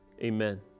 Amen